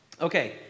Okay